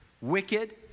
wicked